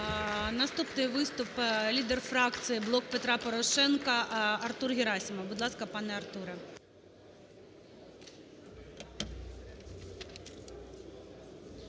Наступний виступ – лідер фракції "Блок Петра Порошенка" Артур Герасимов.